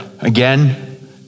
again